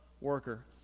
worker